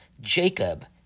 Jacob